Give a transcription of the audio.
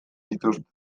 dituzte